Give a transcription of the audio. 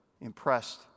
impressed